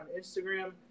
Instagram